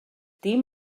dim